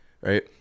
right